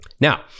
Now